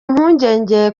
impungenge